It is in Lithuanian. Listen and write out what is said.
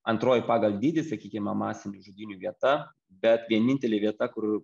antroji pagal dydį sakykime masinių žudynių vieta bet vienintelė vieta kur